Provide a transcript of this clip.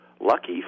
lucky